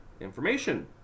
information